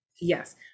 Yes